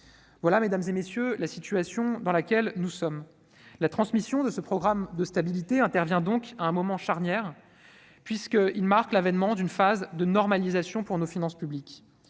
les sénateurs, voilà la situation dans laquelle nous sommes. La transmission de ce programme de stabilité intervient donc à un moment charnière, puisqu'il marque l'avènement d'une phase de normalisation pour nos finances publiques.